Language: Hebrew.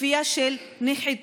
לכפייה של נחיתות,